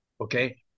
okay